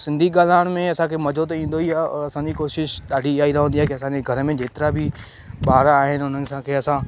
सिंधी ॻाल्हाइण में असांखे मजो त ईंदो ई आहे और असांजी कोशिशि ॾाढी ईअं ई रहंदी आहे की असांजे घर में जेतिरा बि ॿार आहिनि उन्हनि सां खे असां